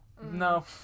No